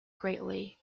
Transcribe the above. greatly